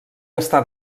està